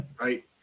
Right